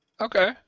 Okay